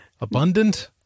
Abundant